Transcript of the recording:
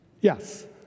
yes